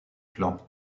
flancs